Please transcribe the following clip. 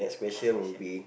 next question